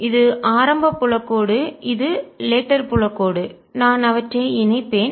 இது ஆரம்ப புலக் கோடு இது லேட்டர் புலக் கோடு நான் அவற்றை இணைப்பேன்